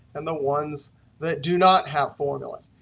and the ones that do not have formulas.